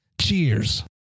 Cheers